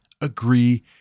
agree